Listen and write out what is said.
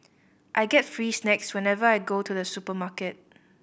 I get free snacks whenever I go to the supermarket